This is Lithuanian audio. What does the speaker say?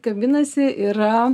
kabinasi yra